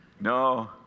No